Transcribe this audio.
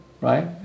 right